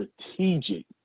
strategic